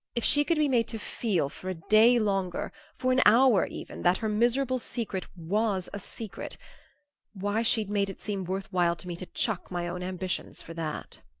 if she could be made to feel, for a day longer, for an hour even, that her miserable secret was a secret why, she'd made it seem worth while to me to chuck my own ambitions for that.